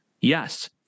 yes